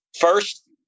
first